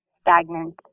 stagnant